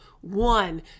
one